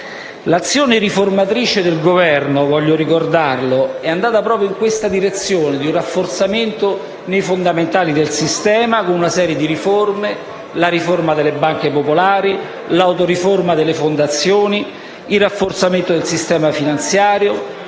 L'azione riformatrice del Governo - voglio ricordarlo - è andata proprio nella direzione di un rafforzamento nei fondamentali del sistema, con una serie di riforme: la riforma delle banche popolari, l'autoriforma delle fondazioni, il rafforzamento del sistema finanziario,